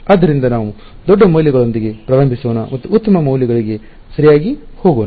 ಆದ್ದರಿಂದ ನಾವು ದೊಡ್ಡ ಮೌಲ್ಯಗಳೊಂದಿಗೆ ಪ್ರಾರಂಭಿಸೋಣ ಮತ್ತು ಉತ್ತಮ ಮೌಲ್ಯಗಳಿಗೆ ಸರಿಯಾಗಿ ಹೋಗೋಣ